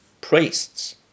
priests